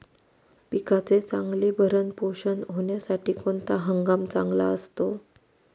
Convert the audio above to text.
पिकाचे चांगले भरण पोषण होण्यासाठी कोणता हंगाम चांगला असतो?